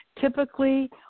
Typically